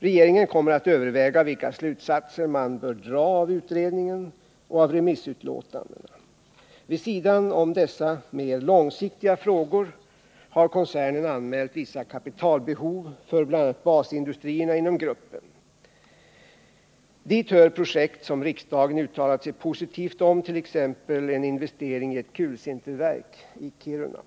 Regeringen kommer att överväga vilka slutsatser man bör dra av utredningen och av remissutlåtandena. Vid sidan om dessa mer långsiktiga frågor har koncernen anmält vissa kapitalbehov för bl.a. basindustrierna inom gruppen. Dit hör projekt som riksdagen uttalat sig positivt om,t.ex. en investering i ett kulsinterverk i Kiruna.